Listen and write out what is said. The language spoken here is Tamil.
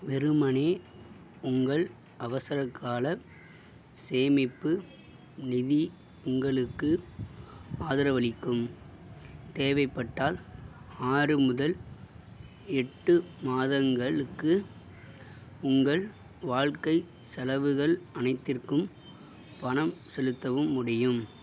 வெறுமனே உங்கள் அவசரக்கால சேமிப்பு நிதி உங்களுக்கு ஆதரவளிக்கும் தேவைப்பட்டால் ஆறு முதல் எட்டு மாதங்களுக்கு உங்கள் வாழ்க்கை செலவுகள் அனைத்திற்கும் பணம் செலுத்தவும் முடியும்